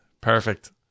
Perfect